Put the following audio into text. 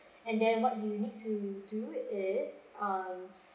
and then what you need to do is um